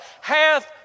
Hath